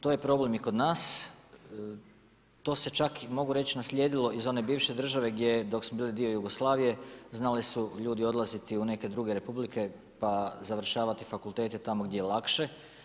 To je problem i kod nas, to se čak mogu reći, naslijedilo iz one bivše države, gdje je dok smo bili dio Jugoslavije znali su ljudi odlaziti u neke druge republike, pa završavati fakultete tamo gdje je lakše.